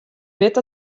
wit